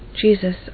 Jesus